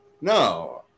No